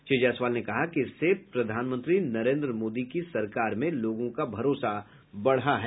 श्री जायसवाल ने कहा कि इससे प्रधानमंत्री नरेन्द्र मोदी की सरकार में लोगों का भरोसा बढ़ा है